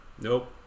Nope